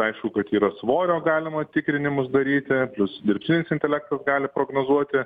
aišku kad yra svorio galima tikrinimus daryti plius dirbtinis intelektas gali prognozuoti